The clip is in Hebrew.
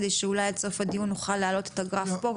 כדי שאולי עד סוף הדיון נוכל להעלות את הגרף פה,